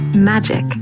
Magic